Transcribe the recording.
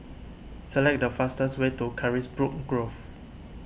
select the fastest way to Carisbrooke Grove